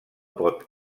pot